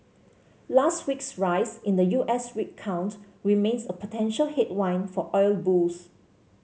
last week's rise in the U S rig count remains a potential headwind for oil bulls